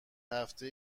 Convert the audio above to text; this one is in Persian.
هفته